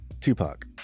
Tupac